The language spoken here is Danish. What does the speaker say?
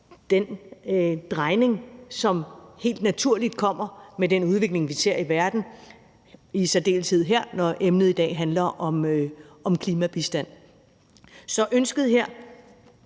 den drejning, som helt naturligt kommer med den udvikling, vi ser i verden, i særdeleshed her, når emnet i dag handler om klimabistand. Så ønsket her